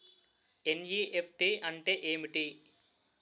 NEFT అంటే ఏమిటి?